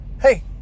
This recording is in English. hey